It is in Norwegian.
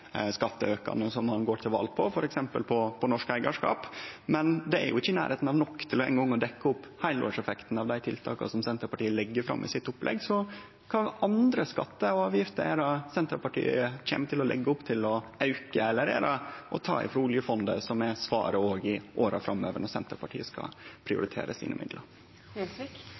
skatteaukane som ein går til val på, f.eks. på norsk eigarskap, men det er ikkje i nærleiken nok til ein gong å dekkje opp heilårseffekten av dei tiltaka Senterpartiet legg fram i opplegget sitt. Så kva andre skattar og avgifter er det Senterpartiet legg opp til å auke? Eller er svaret å ta frå oljefondet òg i åra framover når Senterpartiet skal prioritere midlane sine?